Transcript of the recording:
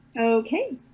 Okay